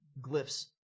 glyphs